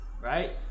right